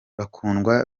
bakundwa